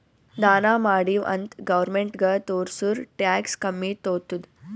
ದಾನಾ ಮಾಡಿವ್ ಅಂತ್ ಗೌರ್ಮೆಂಟ್ಗ ತೋರ್ಸುರ್ ಟ್ಯಾಕ್ಸ್ ಕಮ್ಮಿ ತೊತ್ತುದ್